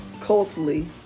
culturally